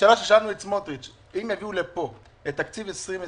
שאלנו את סמוטריץ': אם יביאו לפה את תקציב 2020,